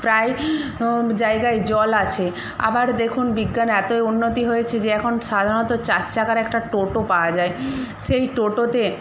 প্রায় জায়গায় জল আছে আবার দেখুন বিজ্ঞান এতই উন্নতি হয়েছে যে এখন সাধারণত চার চাকার একটা টোটো পাওয়া যায় সেই টোটোতে